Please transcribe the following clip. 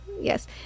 Yes